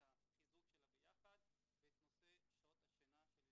את החיזוק של הביחד ואת נושא שעות השינה של ילדים,